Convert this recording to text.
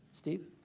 steve?